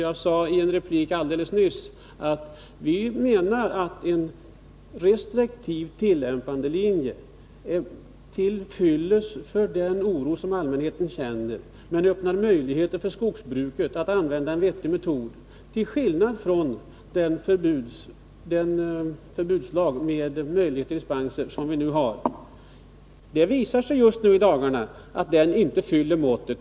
Jag sade i en replik alldeles nyss att vi menar att en restriktiv linje i fråga om tillämpningen är till fyllest för att motverka den oro som allmänheten känner men öppnar möjligheter för skogsbruket att använda en vettig metod, till skillnad från den förbudslag med möjligheter till dispenser som vi nu har. Det visar sig ju nu i dagarna att den förbudslagen inte fyller måttet.